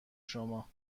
شما